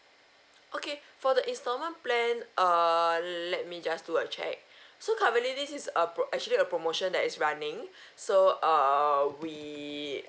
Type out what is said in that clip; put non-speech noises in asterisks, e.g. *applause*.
okay for the installment plan err let me just do a check so currently this is a pro~ actually a promotion that is running *breath* so err we